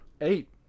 Eight